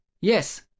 Yes